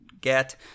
get